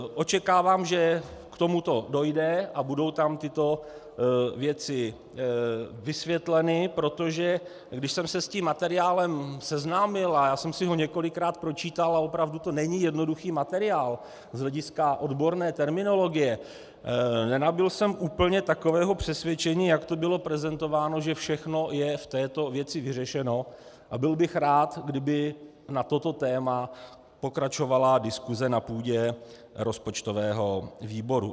Očekávám, že k tomuto dojde a budou tam tyto věci vysvětleny, protože když jsem se s tím materiálem seznámil, a já jsem si ho několikrát pročítal a opravdu to není jednoduchý materiál z hlediska odborné terminologie, nenabyl jsem úplně takového přesvědčení, jak to bylo prezentováno, že všechno je v této věci vyřešeno, a byl bych rád, kdyby na toto téma pokračovala diskuse na půdě rozpočtového výboru.